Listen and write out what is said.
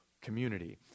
community